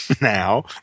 now